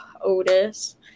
Otis